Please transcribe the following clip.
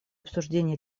обсуждении